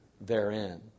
therein